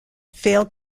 failed